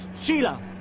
Sheila